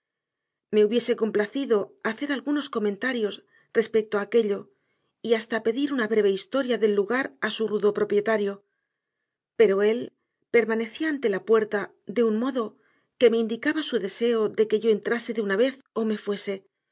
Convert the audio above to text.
me hubiese complacido hacer algunos comentarios respecto a aquello y hasta pedir una breve historia del lugar a su rudo propietario pero él permanecía ante la puerta de un modo que me indicaba su deseo de que yo entrase de una vez o me fuese